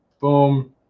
Boom